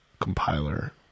compiler